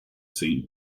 saint